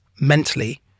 mentally